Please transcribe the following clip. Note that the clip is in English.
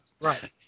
Right